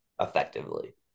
effectively